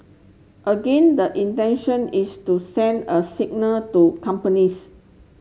again the intention is to send a signal to companies